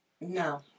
No